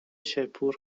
شیپور